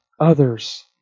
others